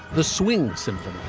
the swing symphony,